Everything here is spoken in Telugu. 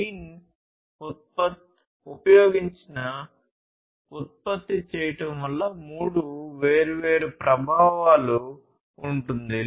లీన్ ఉపయోగించి ఉత్పత్తి చేయడం వల్ల మూడు వేర్వేరు ప్రభావాలు ఉంటుంది